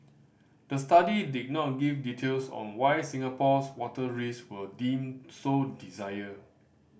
the study did not give details on why Singapore's water risk were deemed so dire